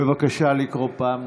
בבקשה לקרוא פעם נוספת.